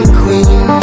queen